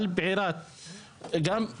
על בערת זבל,